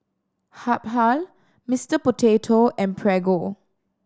Habhal Mister Potato and Prego